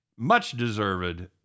much-deserved